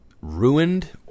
ruined